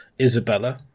Isabella